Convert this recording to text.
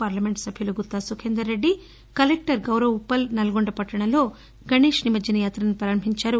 parliament సభ్యులు Gutha Sukhender Reddy collector Gaurav Uppal Nalgonda పట్టణంలో గణేష్ నిమజ్ఞన యాత్రను ప్రారంభించారు